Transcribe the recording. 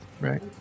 right